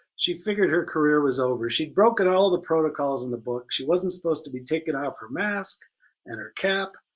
she figured her career was over. she'd broken all the protocols in the book, she wasn't supposed to be taking off her mask and her cap,